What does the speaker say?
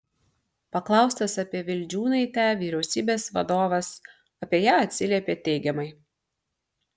paklaustas apie vildžiūnaitę vyriausybės vadovas apie ją atsiliepė teigiamai